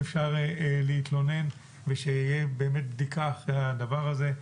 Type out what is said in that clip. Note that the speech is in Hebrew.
אפשר להתלונן ושתהיה באמת בדיקה אחר הדבר הזה.